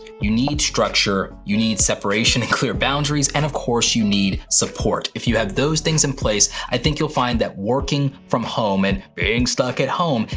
you need structure, you need separation and clear boundaries, and of course you need support. if you have those things in place, i you'll find that working from home and being stuck at home,